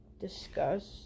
discussed